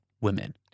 women